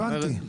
זאת אומרת,